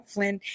Flynn